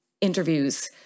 interviews